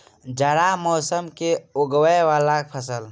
जाड़ा मौसम मे उगवय वला फसल?